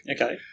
Okay